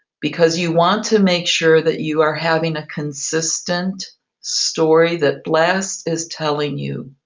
because you want to make sure that you are having a consistent story that blast is telling you